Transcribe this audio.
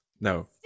No